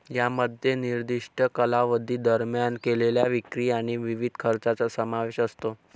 यामध्ये निर्दिष्ट कालावधी दरम्यान केलेल्या विक्री आणि विविध खर्चांचा समावेश असतो